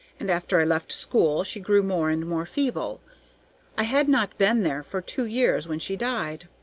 and after i left school she grew more and more feeble i had not been there for two years when she died.